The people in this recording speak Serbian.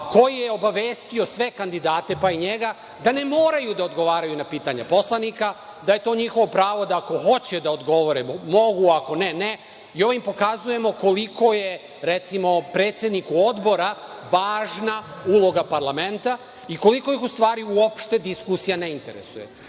koji je obavestio sve kandidate, pa i njega, da ne moraju da odgovaraju na pitanja poslanika, da je to njihovo pravo da ako hoće da odgovore mogu, ako ne, ne. Ovim pokazujemo koliko je recimo, predsedniku Odbora važna uloga parlamenta, i koliko ih u stvari, uopšte diskusija ne interesuje. Pitanja